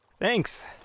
Thanks